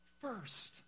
first